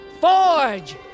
forge